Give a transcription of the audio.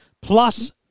plus